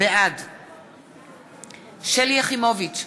בעד שלי יחימוביץ,